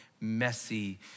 messy